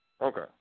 Okay